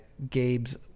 Gabe's